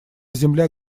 земля